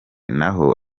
naho